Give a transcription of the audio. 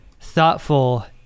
thoughtful